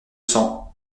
cents